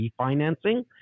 refinancing